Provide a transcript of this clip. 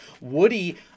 Woody